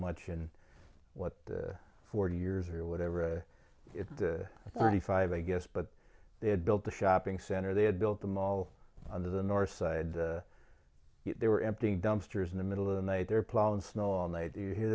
much and what forty years or whatever it's thirty five i guess but they had built the shopping center they had built them all under the north side they were empty dumpsters in the middle of the night they're plowing snow and they do you hear